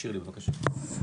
שירלי, בבקשה.